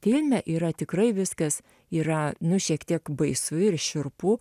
filme yra tikrai viskas yra nu šiek tiek baisu ir šiurpu